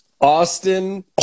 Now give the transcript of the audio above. Austin